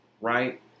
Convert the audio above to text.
right